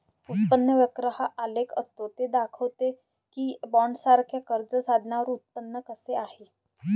उत्पन्न वक्र हा आलेख असतो ते दाखवते की बॉण्ड्ससारख्या कर्ज साधनांवर उत्पन्न कसे आहे